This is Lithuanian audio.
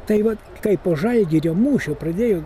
tai vat kai po žalgirio mūšio pradėjo